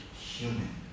human